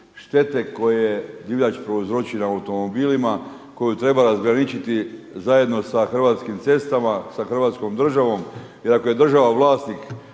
štete koje divljač prouzroči na automobilima, koju treba razgraničiti zajedno sa Hrvatskim cestama, sa Hrvatskom državom. I ako je država vlasnik